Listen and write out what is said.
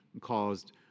caused